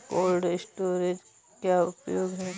Cold storage का क्या उपयोग है?